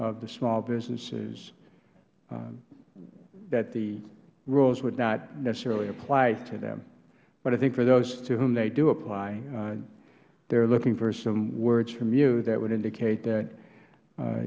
of the small businesses that the rules would not necessarily apply to them but i think for those to whom they do apply they are looking for some words from you that would indicate that